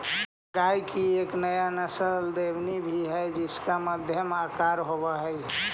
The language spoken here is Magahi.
गाय की एक नस्ल देवनी भी है जिसका मध्यम आकार होवअ हई